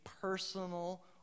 personal